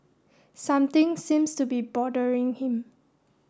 something seems to be bothering him